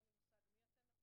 אין לי מושג מי אתן,